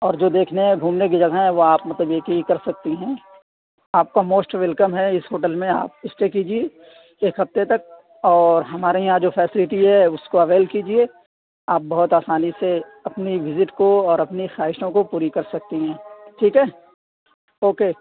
اور جو دیکھنے گُھومنے کی جگہیں ہیں وہ آپ مطلب یہ کہ کر سکتی ہیں آپ کا موسٹ ویلکم ہے اِس ہوٹل میں آپ اسٹے کیجیے ایک ہفتے تک اور ہمارے یہاں جو فیشیلیٹی ہے اُس کو اویل کیجیے آپ بہت آسانی سے اپنی وزٹ کو اور اپنی خواہشوں کو پوری کر سکتی ہیں ٹھیک ہے اوکے